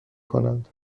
کنند